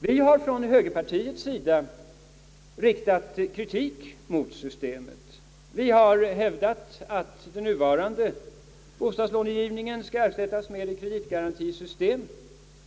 Vi har från högerpartiets sida riktat kritik mot systemet och hävdat, att den nuvarande bostadslångivningen skall ersättas med ett kreditgarantisystem.